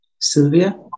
Sylvia